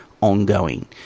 ongoing